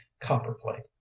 copperplate